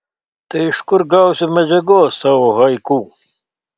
tai iš kur gausiu medžiagos savo haiku